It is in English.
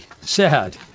sad